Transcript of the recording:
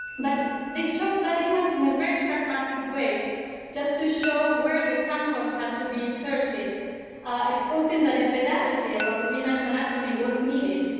but they showed that image in a very pragmatic way just to show where the tampon had to be inserted exposing but but ah that a about women's anatomy was needed.